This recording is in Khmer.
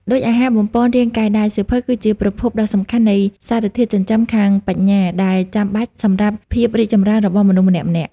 ដូចអាហារបំប៉នរាងកាយដែរ សៀវភៅគឺជាប្រភពដ៏សំខាន់នៃសារធាតុចិញ្ចឹមខាងបញ្ញា ដែលចាំបាច់សម្រាប់ភាពរីកចម្រើនរបស់មនុស្សម្នាក់ៗ។